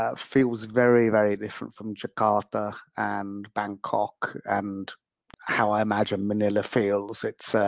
ah feels very, very different from jakarta and bangkok and how i imagine manila feels. it's.